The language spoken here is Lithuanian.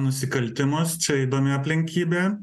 nusikaltimus čia įdomi aplinkybė